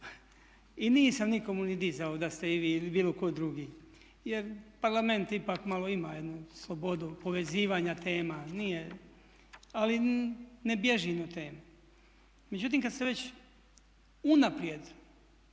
i nisam nikome ni dizao da ste vi ili bilo tko drugi. Jer Parlament ipak malo ima jednu slobodu povezivanja tema. Ali ne bježim od teme. Međutim kad ste već unaprijed